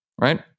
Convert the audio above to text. Right